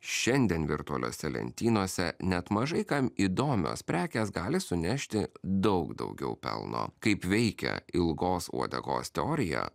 šiandien virtualiose lentynose net mažai kam įdomios prekės gali sunešti daug daugiau pelno kaip veikia ilgos uodegos teorija